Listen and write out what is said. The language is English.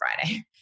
Friday